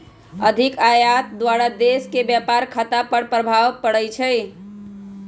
अधिक आयात द्वारा देश के व्यापार खता पर खराप प्रभाव पड़इ छइ